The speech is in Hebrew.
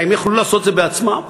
האם יכלו לעשות את זה בעצמם?